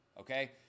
okay